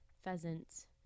pheasants